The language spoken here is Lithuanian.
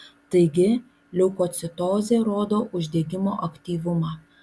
taigi leukocitozė rodo uždegimo aktyvumą